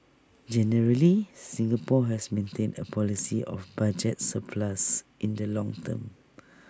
generally Singapore has maintained A policy of budget surplus in the long term